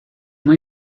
muy